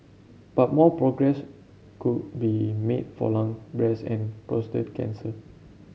but more progress could be made for lung breast and prostate cancer